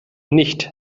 nicht